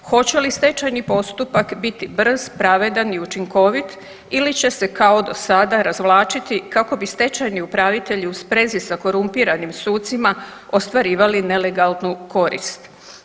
Hoće li stečajni postupak biti brz, pravedan i učinkovit ili će se kao do sada razvlačiti kako bi stečajni upravitelji u sprezi sa korumpiranim sucima ostvarivali nelegalnu korist?